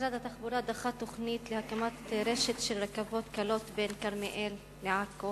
משרד התחבורה דחה תוכנית להקמת רשת של רכבות קלות בין כרמיאל לעכו